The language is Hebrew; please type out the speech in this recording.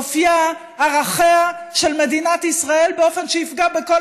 אופייה וערכיה של מדינת ישראל באופן שיפגע בכל